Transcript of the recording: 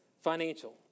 financial